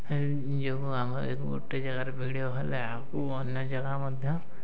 ଏଇ ଯୋଗୁଁ ଆମର ଗୋଟେ ଯାଗାରେ ଭିଡ଼ିଓ ହେଲେ ଅନ୍ୟ ଯାଗା'କୁ ମଧ୍ୟ